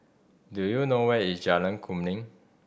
do you know where is Jalan Kemuning